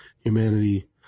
humanity